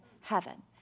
heaven